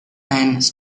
and